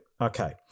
Okay